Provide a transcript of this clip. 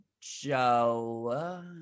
Joe